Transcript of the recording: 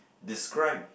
describe